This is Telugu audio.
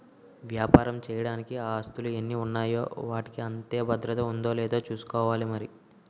వ్యాపారం చెయ్యడానికి ఆస్తులు ఎన్ని ఉన్నాయో వాటికి అంతే భద్రత ఉందో లేదో చూసుకోవాలి మరి